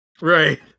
Right